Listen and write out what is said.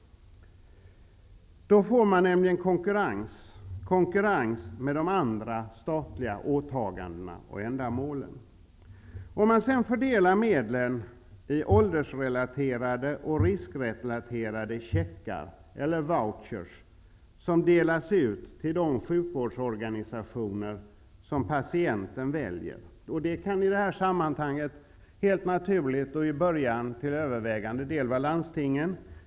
Då får vi nämligen konkurrens med de andra statliga åtagandena och ändamålen. Sedan kan man fördela medlen i åldersrelaterade och riskrelaterade checkar, eller vouchers, som delas ut till de sjukvårdsorganisationer som patienten väljer. Det kan i det här sammanhanget helt naturligt, och i speciellt början, till övervägande delen vara landstingen.